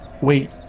wait